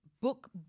book